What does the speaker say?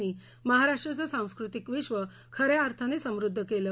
नी महाराष्ट्राचं सांस्कृतिक विश्व खऱ्या अर्थानं समृद्ध केलं